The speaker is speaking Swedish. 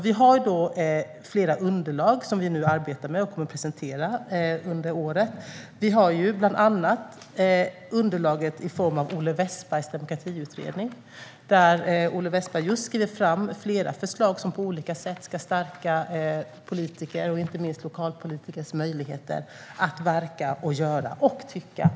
Vi har nu flera underlag som vi arbetar med och som vi kommer att presentera under året. Vi har bland annat underlaget i form av Olle Wästbergs demokratiutredning där Olle Wästberg skriver fram flera förslag som på olika sätt ska stärka politikers, inte minst lokalpolitikers, möjligheter att verka, göra, tycka och tänka.